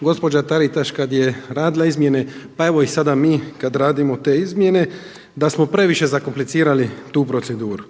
gospođa Taritaš kad je radila izmjene, pa evo i sada mi kad radimo te izmjene da smo previše zakomplicirali tu proceduru.